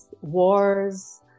wars